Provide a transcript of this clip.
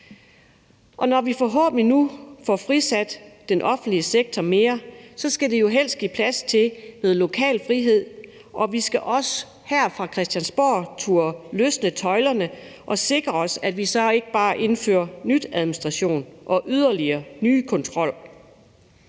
Når vi forhåbentlig nu får frisat den offentlige sektor mere, skal det jo helst også give plads til noget lokal frihed, og vi skal her fra Christiansborg også turde løsne tøjlerne og sikre os, at vi så ikke bare indfører ny administration og yderligere ny kontrol.